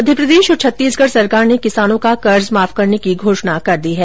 मध्यप्रदेश और छत्तीसगढ़ सरकार ने किसानों का कर्ज माफ करने की घोषणा कर दी है